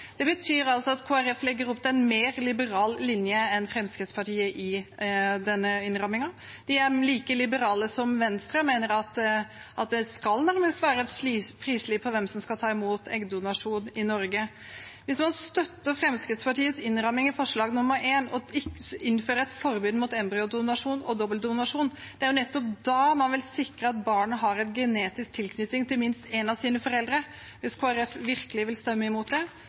Det betyr altså at Kristelig Folkeparti legger opp til en mer liberal linje enn Fremskrittspartiet i denne innrammingen. De er like liberale som Venstre og mener at det nærmest skal være et frislipp av hvem som skal ta imot eggdonasjon i Norge. Hvis man støtter Fremskrittspartiets innramming i forslag nr. 1, om å innføre et forbud mot embryodonasjon og dobbeldonasjon – det er nettopp da man vil sikre at barnet har en genetisk tilknytning til minst en av sine foreldre. Hvis Kristelig Folkeparti virkelig vil stemme imot det,